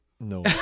No